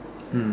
mm